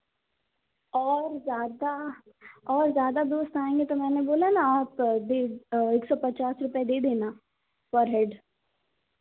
और ज़्यादा और ज़्यादा दोस्त आएंगे तो मैंने बोला ना आप दे एक सौ पचास रुपए दे देना पर हेड